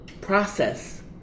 process